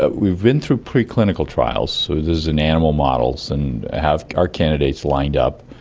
but we've been through pre-clinical trials, so that's in animal models, and have our candidates lined up.